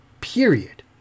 Period